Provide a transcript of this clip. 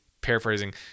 paraphrasing